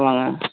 சொ வாங்க